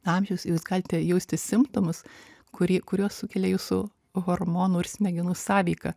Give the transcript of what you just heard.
amžiaus jūs galite jausti simptomus kurį kuriuos sukelia jūsų hormonų ir smegenų sąveika